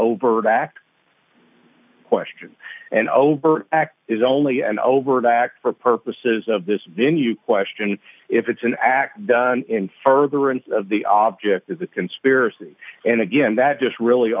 overt act question and overt act is only an overt act for purposes of this then you question if it's an act done in further and the object is a conspiracy and again that just really